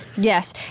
Yes